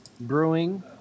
Brewing